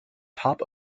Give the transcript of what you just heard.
top